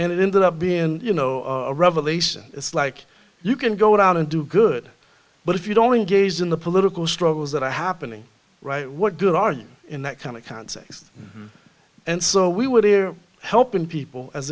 and it ended up being you know a revelation it's like you can go around and do good but if you don't engage in the political struggles that are happening right what good are you in that kind of context and so we were here helping people as